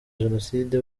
jenoside